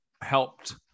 helped